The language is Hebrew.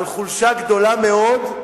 על חולשה גדולה מאוד,